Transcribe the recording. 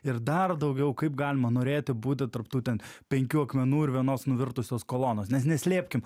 ir dar daugiau kaip galima norėti būti tarp tų ten penkių akmenų ir vienos nuvirtusios kolonos nes neslėpkim